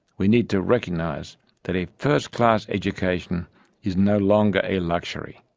we need to recognize that a first-class education is no longer a luxury.